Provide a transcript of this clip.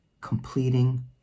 completing